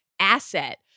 asset